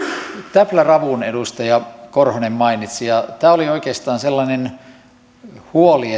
täpläravun edustaja korhonen mainitsi ja tämä oli oikeastaan sellainen huoli